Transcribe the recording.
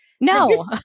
no